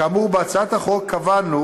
כאמור, בהצעת החוק קבענו